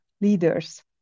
leaders